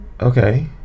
Okay